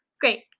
Great